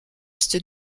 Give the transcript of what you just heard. est